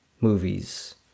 movies